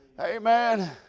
Amen